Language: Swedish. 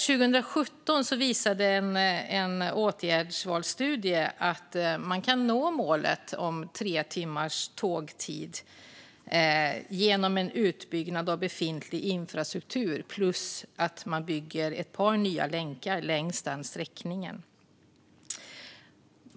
En åtgärdsvalsstudie visade 2017 att man kan nå målet tre timmars restid genom utbyggnad av befintlig infrastruktur plus ett par nya länkar längs den sträckningen.